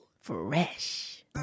Fresh